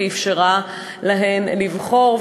ואפשרה להן לבחור.